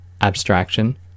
abstraction